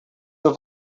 have